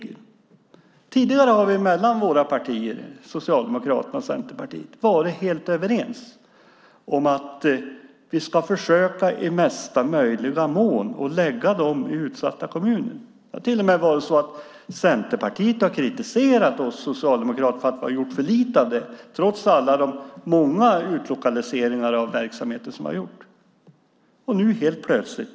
Tidigare har vi mellan våra partier, Socialdemokraterna och Centerpartiet, varit helt överens om att vi i mesta möjliga mån ska lägga dem i utsatta kommuner. Centerpartiet har till och med kritiserat oss socialdemokrater för att vi har gjort för lite av det, trots alla de många utlokaliseringar av verksamheter som har gjorts.